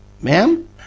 ma'am